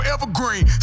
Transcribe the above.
Evergreen